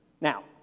Now